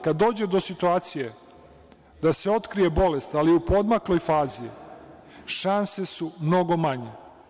Kada dođe do situacije, da se otkrije bolest, ali u poodmakloj fazi šanse su mnogo manje.